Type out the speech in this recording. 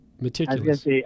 meticulous